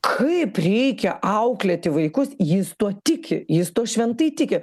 kaip reikia auklėti vaikus jis tuo tiki jis tuo šventai tiki